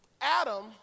Adam